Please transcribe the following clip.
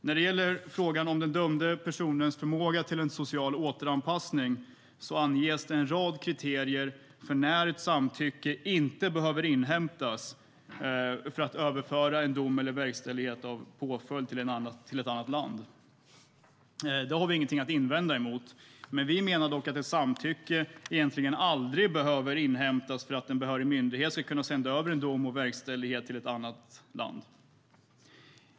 När det gäller frågan om den dömde personens förmåga till social återanpassning anges en rad kriterier för när ett samtycke inte behöver inhämtas för att överföra en dom eller verkställighet av påföljd till ett annat land. Det har vi inget att invända mot. Vi menar dock att ett samtycke egentligen aldrig behöver inhämtas för att en behörig myndighet ska kunna sända över en dom eller verkställighet till ett annat land.